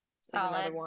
Solid